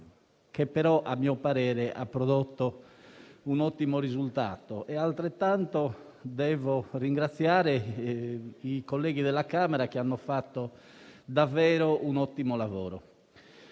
che a mio parere ha prodotto un ottimo risultato. Devo ringraziare anche i colleghi della Camera, che hanno fatto davvero un ottimo lavoro.